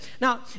Now